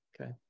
Okay